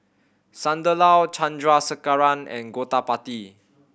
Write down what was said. Sunderlal Chandrasekaran and Gottipati